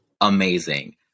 amazing